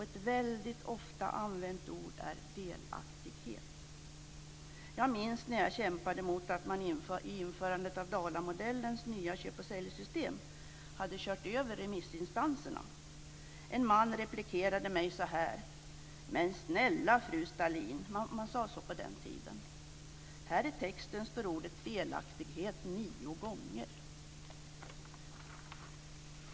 Ett väldigt ofta använt ord är delaktighet. Jag minns när jag kämpade emot införandet av Dalamodellens nya köpoch-sälj-system och man hade man kört över remissinstanserna. En man replikerade mig så här: Men snälla fru Stalin - man sade så på den tiden - här i texten står ordet delaktighet nio gånger!